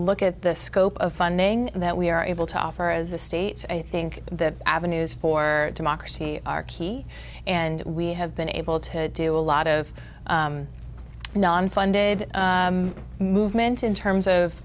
look at the scope of funding that we are able to offer as a state i think that avenues for democracy are key and we have been able to do a lot of non funded movement in terms of